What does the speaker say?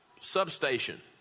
substation